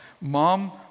mom